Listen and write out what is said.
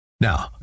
Now